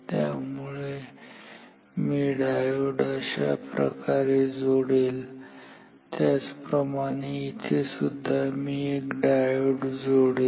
त्यामुळे मी डायोड अशा प्रकारे जोडेल त्याच प्रमाणे इथे सुद्धा मी एक डायोड जोडेल